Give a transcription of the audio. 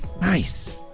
Nice